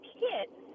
kids